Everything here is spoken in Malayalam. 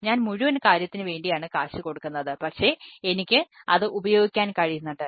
ഞാൻ മുഴുവൻ കാര്യത്തിനുവേണ്ടിയാണ് കാശ് കൊടുക്കുന്നത് പക്ഷേ എനിക്ക് അത് ഉപയോഗിക്കാൻ കഴിയുന്നുണ്ട്